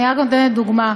אני רק נותנת דוגמה.